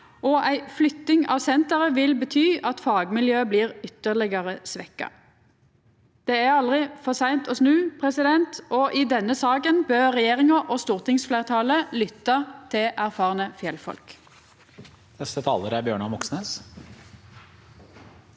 og ei flytting av senteret vil bety at fagmiljøet blir ytterlegare svekt. Det er aldri for seint å snu, og i denne saka bør regjeringa og stortingsfleirtalet lytta til erfarne fjellfolk.